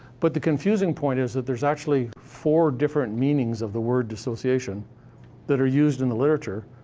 but the confusing point is that there's actually four different meanings of the word dissociation that are used in the literature,